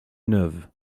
neuve